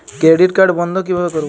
Credit card বন্ধ কিভাবে করবো?